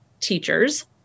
teachers